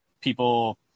people